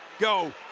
go.